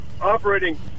operating